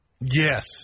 Yes